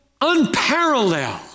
unparalleled